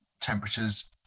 temperatures